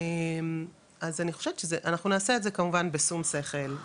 אז אני חושבת שאנחנו נעשה את זה בשום שכל,